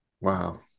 wow